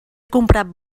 comprat